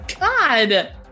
God